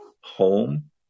home